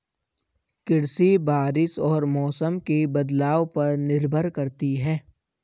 कृषि बारिश और मौसम के बदलाव पर निर्भर करती है